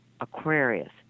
Aquarius